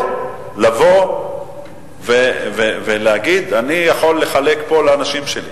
לבוא ולהגיד: אני יכול לחלק לאנשים שלי.